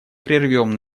прервем